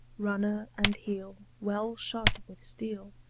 runner and heel, well shod with steel,